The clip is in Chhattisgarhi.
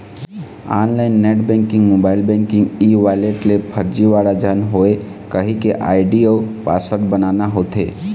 online net banking, mobile banking, e wallet ले फरजीवाड़ा झन होए कहिके आईडी अउ पासवर्ड बनाना होथे